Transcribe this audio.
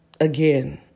again